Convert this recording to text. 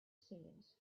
says